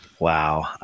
wow